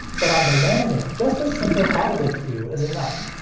but on the landing, just a simple audible cue is enough.